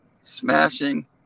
smashing